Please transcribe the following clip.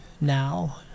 now